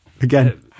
again